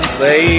say